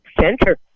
center